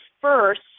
first